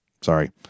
sorry